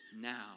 now